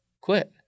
quit